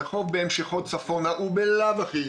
הרחוב בהמשכו צפונה הוא בלאו הכי